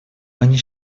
они